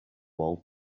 old